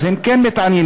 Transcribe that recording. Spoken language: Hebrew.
אז הם כן מתעניינים,